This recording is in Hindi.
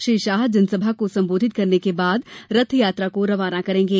श्री शाह जनसभा को संबोधित करने के बाद रथयात्रा को रवाना करेंगे